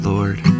Lord